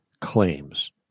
claims